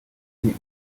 mvuye